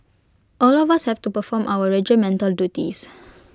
all of us have to perform our regimental duties